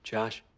Josh